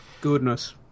Goodness